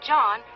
John